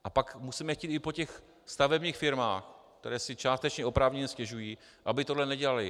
A pak musíme chtít i po těch stavebních firmách, které si částečně oprávněně stěžují, aby tohle nedělaly.